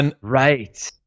Right